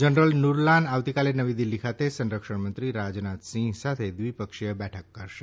general Nurlan આવતીકાલે નવી દિલ્હી ખાતે સંરક્ષણ મંત્રી રાજનાથ સિંહ સાથે દ્વિપક્ષીય બેઠક કરશે